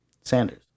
Sanders